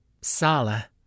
Sala